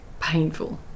painful